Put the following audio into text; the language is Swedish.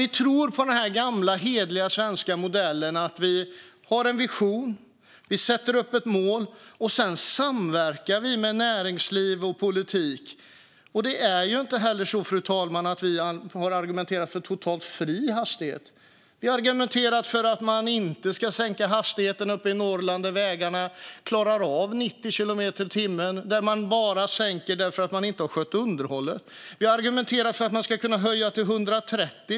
Vi tror på den hederliga gamla svenska modellen där vi har en vision och sätter upp ett mål, och sedan samverkar vi med näringsliv och politik. Vi har inte heller argumenterat för totalt fri hastighet. Vi har argumenterat för att man inte ska sänka hastigheten uppe i Norrland, där vägarna klarar av 90 kilometer i timmen. Där handlar sänkningen bara om att man inte har skött underhållet. Vi argumenterar för att man ska kunna höja till 130.